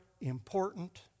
important